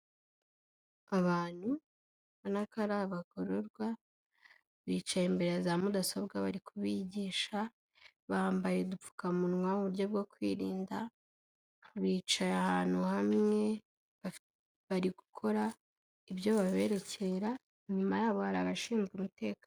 Abantu ubona ko ari abagororwa, bicaye imbere ya za mudasobwa bari kubigisha bambaye udupfukamunwa mu uburyo bwo kwirinda, bicaye ahantu hamwe, bari gukora ibyo baberekera, inyuma yabo hari abashinzwe umutekano.